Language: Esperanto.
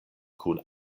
kun